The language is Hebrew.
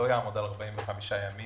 והוא לא יעמוד על 45 ימים.